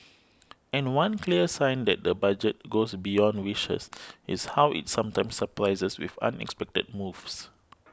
and one clear sign that the budget goes beyond wishes is how it sometimes surprises with unexpected moves